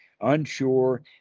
unsure